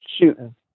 shooting